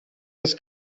das